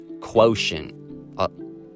quotient